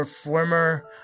former